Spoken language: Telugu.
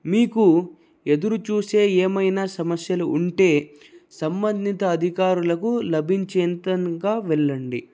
మీకు ఎదురుచూసే ఏమైనా సమస్యలు ఉంటే సంబంధిత అధికారులకు లభించేంతంగా వెళ్ళండి